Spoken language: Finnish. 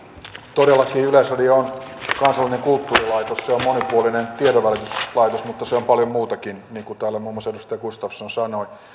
todellakin yleisradio on kansallinen kulttuurilaitos se on monipuolinen tiedonvälityslaitos mutta se on paljon muutakin niin kuin täällä muun muassa edustaja gustafsson sanoi